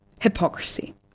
Hypocrisy